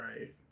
Right